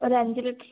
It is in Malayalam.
ഒരു അഞ്ച് ലിറ്റർ